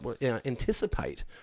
anticipate